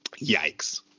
Yikes